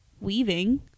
weaving